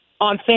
on